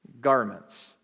garments